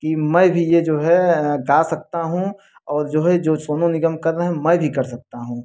कि मैं भी ये जो है गा सकता हूँ और जो है जो सोनू निगम कर रहें मैं भी कर सकता हूँ